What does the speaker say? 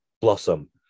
blossom